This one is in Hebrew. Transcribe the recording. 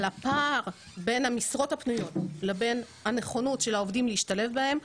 אבל הפער בין המשרות הפנויות לבין הנכונות של העובדים להשתלב בהן,